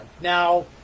Now